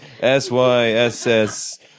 S-Y-S-S